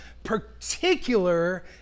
particular